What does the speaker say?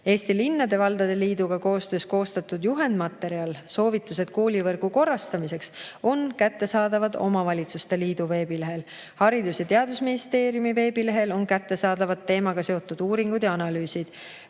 Eesti Linnade ja Valdade Liiduga koostöös koostatud juhendmaterjal, soovitused koolivõrgu korrastamiseks on kättesaadavad omavalitsuste liidu veebilehel. Haridus- ja Teadusministeeriumi veebilehel on kättesaadavad teemaga seotud uuringud ja analüüsid.